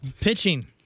Pitching